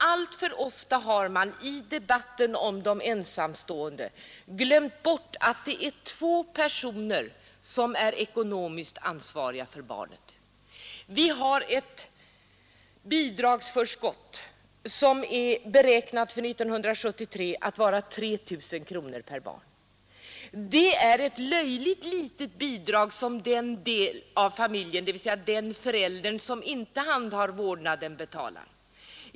Alltför ofta har man i debatten om de ensamstående glömt bort att det är två personer som är ekonomiskt ansvariga för barnen. Bidragsförskotten är beräknade för 1973 att vara 3 000 kronor per barn. Det är ett löjligt litet bidrag som den förälder som inte handhar vårdnaden betalar.